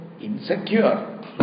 insecure